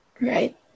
Right